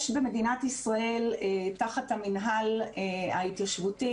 יש במדינת ישראל תחת המינהל ההתיישבותי